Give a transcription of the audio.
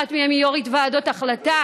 אחת מהן היא יו"רית ועדות החלטה,